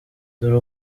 dore